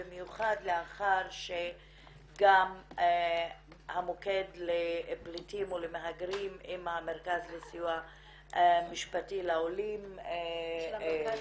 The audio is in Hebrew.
במיוחד לאחר שגם המוקד לפליטים ולמהגרים עם המרכז לסיוע משפטי של המרכז